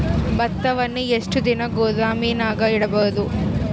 ಭತ್ತವನ್ನು ಎಷ್ಟು ದಿನ ಗೋದಾಮಿನಾಗ ಇಡಬಹುದು?